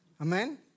Amen